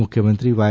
મુખ્યમંત્રી વાય